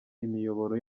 imiyoboro